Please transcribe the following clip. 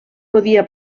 podia